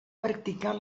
practicar